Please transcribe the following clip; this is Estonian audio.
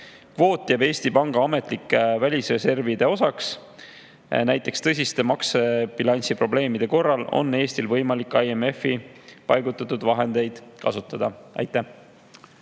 Kvoot jääb Eesti Panga ametlike välisreservide osaks. Näiteks tõsiste maksebilansi probleemide korral on Eestil võimalik IMF‑i paigutatud vahendeid kasutada. Aitäh!